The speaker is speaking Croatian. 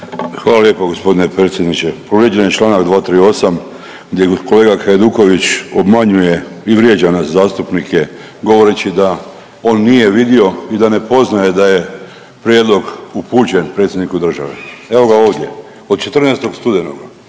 Hvala lijepo gospodine predsjedniče. Povrijeđen je Članak 238. gdje kolega Hajduković obmanjuje i vrijeđa nas zastupnike govoreći da on nije vidio i da ne poznaje da je prijedlog upućen predsjedniku države. Evo ga ovdje od 14. studenoga,